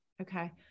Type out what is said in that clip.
Okay